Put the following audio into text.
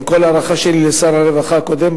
עם כל ההערכה לשר הרווחה הקודם,